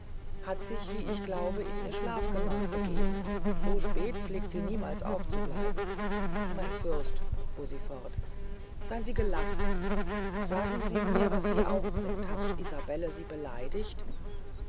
hat sich wie ich glaube in ihr schlafgemach begeben so spät pflegt sie niemals aufzubleiben mein fürst fuhr sie fort seyn sie gelassen sagen sie mir was sie aufbringt hat isabelle sie beleidigt